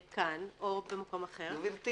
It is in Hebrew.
אני חושבת שכדאי שנבחן כאן או במקום אחר --- גברתי,